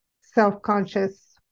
self-conscious